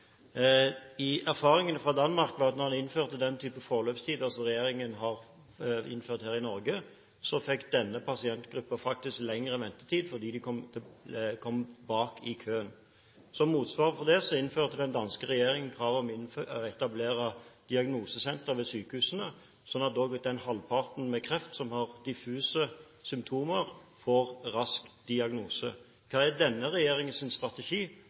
Erfaringene fra Danmark var at da man innførte den typen forløpstid, som regjeringen har innført her i Norge, fikk denne pasientgruppen faktisk lengre ventetid fordi de kom bak i køen. Som motsvar på det innførte den danske regjering krav om å etablere diagnosesentre ved sykehusene, slik at også den halvparten som har diffuse symptomer, får rask diagnose. Hva er denne regjeringens strategi